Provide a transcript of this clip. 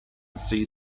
see